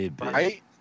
Right